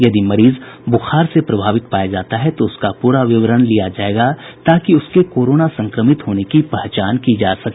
यदि मरीज बुखार से प्रभावित पाया जाता है तो उसका पूरा विवरण लिया जायेगा ताकि उसके कोरोना संक्रमित होने की पहचान की जा सके